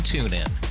TuneIn